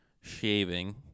shaving